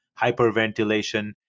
hyperventilation